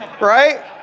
right